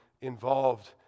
involved